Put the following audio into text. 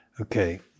Okay